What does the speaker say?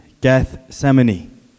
Gethsemane